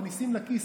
מכניסים לכיס,